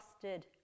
trusted